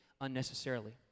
unnecessarily